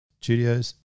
Studios